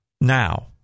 now